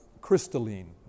crystalline